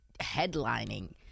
headlining